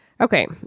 Okay